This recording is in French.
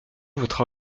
votre